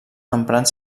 emprant